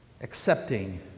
accepting